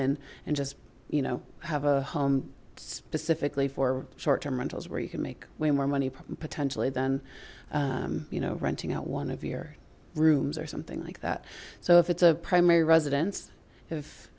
in and just you know have a home specifically for short term rentals where you can make way more money apartment potentially then you know renting out one of your rooms or something like that so if it's a primary residence if